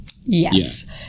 yes